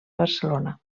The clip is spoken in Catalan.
barcelona